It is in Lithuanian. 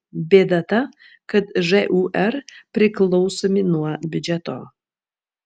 bėda ta kad žūr priklausomi nuo biudžeto